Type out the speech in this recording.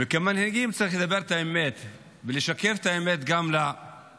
וכמנהיגים צריך לדבר את האמת ולשקף את האמת גם לאזרחים.